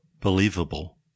believable